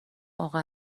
اقا